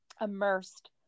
immersed